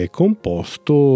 composto